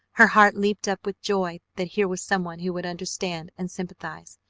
her heart leaped up with joy that here was someone who would understand and sympathize,